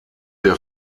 der